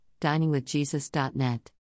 diningwithjesus.net